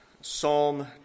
Psalm